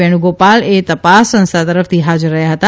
વેણુગોપાલ એ તપાસ સંસ્થા તરફથી હાજર રહ્યા હતા